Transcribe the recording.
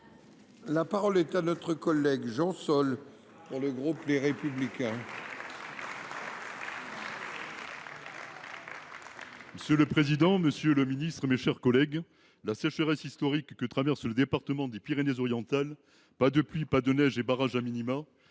La parole est à M. Jean Sol, pour le groupe Les Républicains. Monsieur le président, monsieur le ministre, mes chers collègues, la sécheresse historique que traverse le département des Pyrénées Orientales – pas de pluie, pas de neige et barrages au